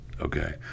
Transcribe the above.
okay